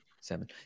seven